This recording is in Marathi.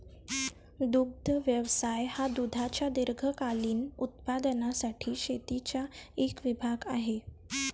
दुग्ध व्यवसाय हा दुधाच्या दीर्घकालीन उत्पादनासाठी शेतीचा एक विभाग आहे